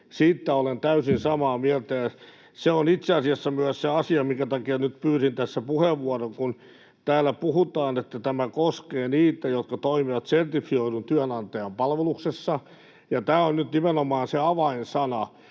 Siitä olen täysin samaa mieltä. Se on itse asiassa myös se asia, minkä takia nyt pyysin tässä puheenvuoron, kun täällä puhutaan, että tämä koskee niitä, jotka toimivat sertifioidun työnantajan palveluksessa. Tämä on nyt nimenomaan se avainsana.